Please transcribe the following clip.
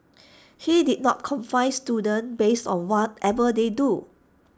he did not confine students based on whatever they drew